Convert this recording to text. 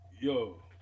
Yo